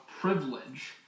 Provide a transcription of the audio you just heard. privilege